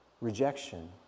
rejection